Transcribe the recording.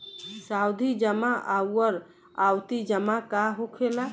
सावधि जमा आउर आवर्ती जमा का होखेला?